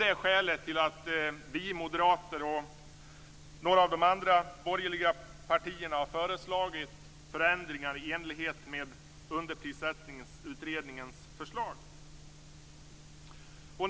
Det är skälet till att vi moderater och några andra borgerliga partier har föreslagit förändringar i enlighet med Underprissättningsutredningens förslag.